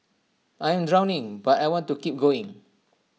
I am drowning but I want to keep going